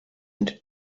into